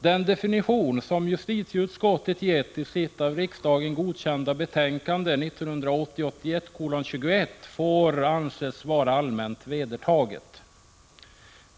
Den definition som justitieutskottet gett i sitt av riksdagen godkända betänkande 1980/81:21 får anses vara allmänt vedertagen.